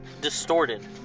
distorted